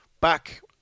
back